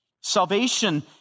Salvation